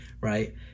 right